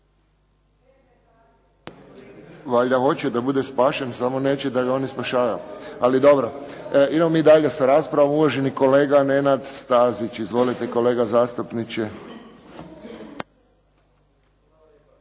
Valjda hoće da bude spašen, samo neće da oni spašavaju. Ali dobro, idemo mi dalje sa raspravom. Uvaženi kolega Nenad Stazić. Izvolite kolega zastupniče.